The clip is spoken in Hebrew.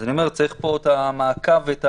אז אני אומר שצריך פה את המעקב ואת